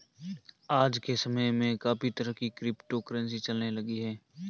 आज के समय में काफी तरह की क्रिप्टो करंसी चलने लगी है